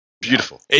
Beautiful